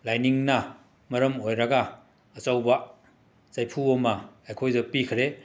ꯂꯥꯏꯅꯤꯡꯅ ꯃꯔꯝ ꯑꯣꯏꯔꯒ ꯑꯆꯧꯕ ꯆꯩꯐꯨ ꯑꯃ ꯑꯩꯈꯣꯏꯗ ꯄꯤꯈꯔꯦ